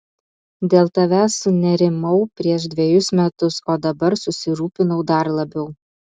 dėl tavęs sunerimau prieš dvejus metus o dabar susirūpinau dar labiau